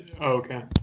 okay